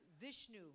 Vishnu